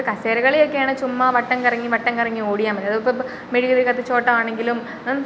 ഇപ്പം കസേര കളിയൊക്കെ ആണേ ചുമ്മാ വട്ടം കറങ്ങി വട്ടം കറങ്ങി ഓടിയാൽ മതി അതിപ്പോൾ മെഴുക് തിരി കത്തിച്ചോട്ടമാണെങ്കിലും